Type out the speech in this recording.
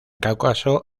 cáucaso